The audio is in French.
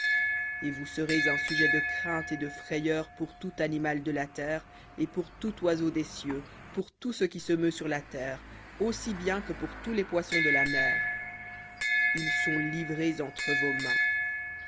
et vous serez un sujet de crainte et de frayeur pour tout animal de la terre et pour tout oiseau des cieux pour tout ce qui se meut sur la terre aussi bien que pour tous les poissons de la mer ils sont livrés entre vos mains